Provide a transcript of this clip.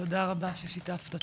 תודה רבה ששיתפת אותנו.